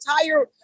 entire